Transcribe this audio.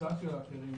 קבוצה של האקרים,